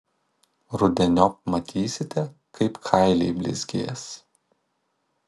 rudeniop matysite kaip kailiai blizgės